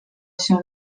się